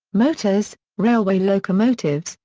motors, railway locomotives,